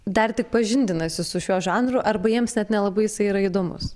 dar tik pažindinasi su šiuo žanru arba jiems net nelabai jisai yra įdomus